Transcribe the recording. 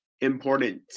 important